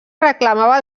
reclamava